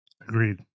agreed